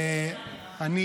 אני